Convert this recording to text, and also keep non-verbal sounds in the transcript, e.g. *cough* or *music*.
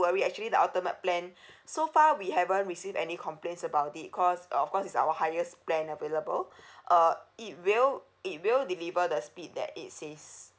worry actually the ultimate plan *breath* so far we haven't received any complaints about it cause of course it's our highest plan available *breath* uh it will it will deliver the speed that it says